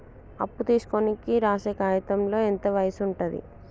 అప్పు తీసుకోనికి రాసే కాయితంలో ఎంత వయసు ఉంటది?